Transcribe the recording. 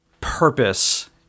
purpose